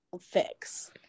fix